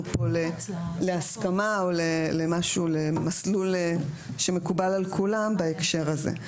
כאן להסכמה או למסלול שמקובל על כולם בהקשר הזה.